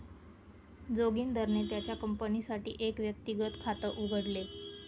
जोगिंदरने त्याच्या कंपनीसाठी एक व्यक्तिगत खात उघडले